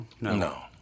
No